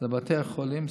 לבתי החולים,